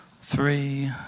three